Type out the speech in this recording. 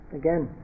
again